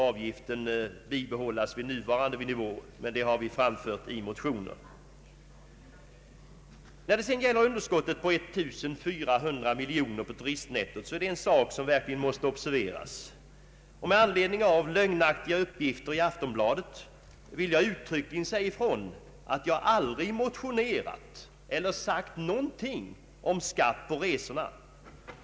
Avgiften bör där bibehållas vid nuvarande nivå, vilket vi framfört i våra motioner. Det stora underskottet på 1400 miljoner kronor på turistnettot är en sak som verkligen måste observeras. Med anledning av lögnaktiga uppgifter i Aftonbladet vill jag uttryckligen säga ifrån att jag aldrig motionerat eller sagt någonting om skatt på resor.